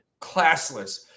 Classless